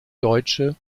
deutsche